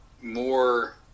more